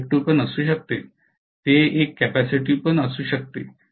हे इण्डेक्टिव असू शकते ते एक कॅपेसिटीव्ह असू शकते